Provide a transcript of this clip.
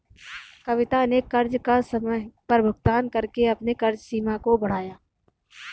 कविता ने कर्ज का समय पर भुगतान करके अपने कर्ज सीमा को बढ़ाया